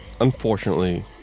unfortunately